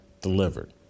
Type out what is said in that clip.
delivered